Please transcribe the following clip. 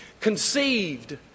Conceived